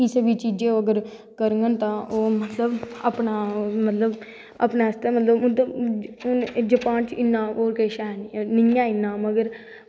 किसै बी चीज़े गी करंगन तां ओह् मतलव अपनां मतलव अपनैं आस्तै मतलव जपान च इन्ना होर किश है नी नेंई ऐ इन्ना मगर